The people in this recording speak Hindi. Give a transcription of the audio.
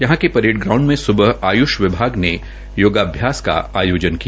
यहां के परेड ग्राउंड में स्बह आय्ष विभाग ने योगाभ्यास का आयोजन किया